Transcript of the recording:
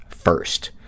first